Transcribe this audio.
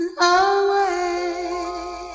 away